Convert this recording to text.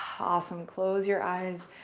awesome. close your eyes.